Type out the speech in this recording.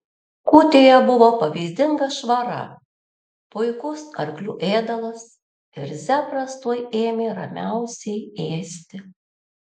kūtėje buvo pavyzdinga švara puikus arklių ėdalas ir zebras tuoj ėmė ramiausiai ėsti